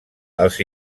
els